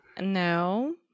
No